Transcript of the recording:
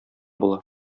була